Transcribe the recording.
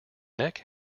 neck